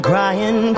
Crying